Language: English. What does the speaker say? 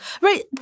right